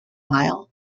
mile